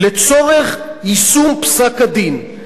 לצורך יישום פסק-הדין,